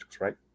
right